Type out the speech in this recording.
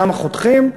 כמה חותכים,